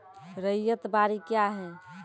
रैयत बाड़ी क्या हैं?